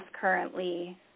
currently